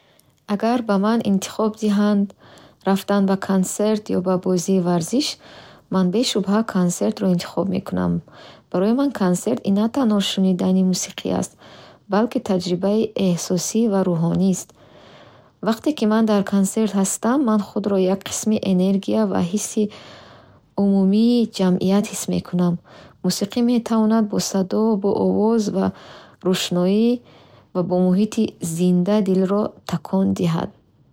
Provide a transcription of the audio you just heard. Агар ба ман интихоб диҳанд: рафтан ба консерт ё ба бозии варзиш, ман бешубҳа консертро интихоб мекунам. Барои ман, консерт ин на танҳо шунидани мусиқӣ аст, балки таҷрибаи эҳсосӣ ва рӯҳонист. Вақте ки ман дар консерт ҳастам, ман худро як қисми энергия ва ҳисси умумии ҷамъият ҳис мекунам. Мусиқӣ метавонад бо садо, бо овоз, бо рӯшноӣ ва бо муҳити зинда дилро такон диҳад.